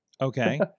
Okay